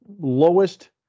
lowest